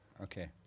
Okay